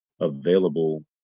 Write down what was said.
available